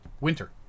winter